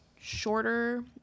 shorter